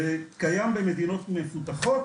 זה קיים במדינות מפותחות,